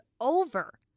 over